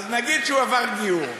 אז נגיד שהוא עבר גיור.